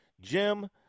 Jim